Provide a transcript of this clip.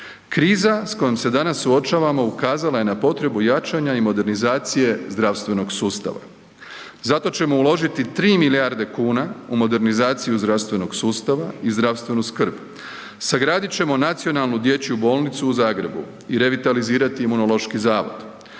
Kriza s kojom se danas suočavamo ukazala je potrebu jačanja i modernizacije zdravstvenog sustava, zato ćemo uložiti tri milijarde kuna u modernizaciju zdravstvenog sustava i zdravstvenu skrb, sagradit ćemo nacionalnu dječju bolnicu u Zagrebu i revitalizirati Imunološki zavod.